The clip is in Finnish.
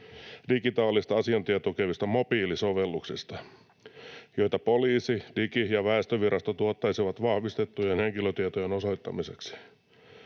digitaalista asiointia tukevista mobiilisovelluksista, joita Poliisi ja Digi- ja väestötietovirasto tuottaisivat vahvistettujen henkilötietojen osoittamiseksi.